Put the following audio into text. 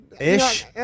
ish